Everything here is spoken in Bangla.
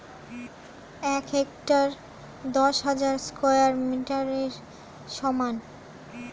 এক হেক্টার দশ হাজার স্কয়ার মিটারের সমান